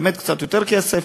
באמת קצת יותר כסף.